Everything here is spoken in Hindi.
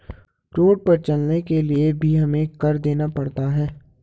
रोड पर चलने के लिए भी हमें कर देना पड़ता है